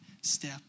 step